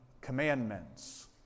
commandments